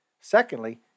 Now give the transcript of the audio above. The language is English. Secondly